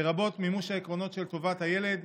לרבות מימוש העקרונות של טובת הילד,